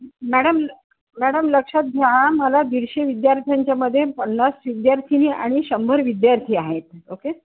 madam madam लक्षात घ्या मला दीडशे विद्यार्थ्यांच्यामध्ये पन्नास विद्यार्थीनी आणि शंभर विद्यार्थी आहेत ओके